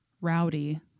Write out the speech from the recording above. rowdy